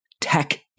tech